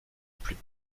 plus